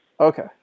Okay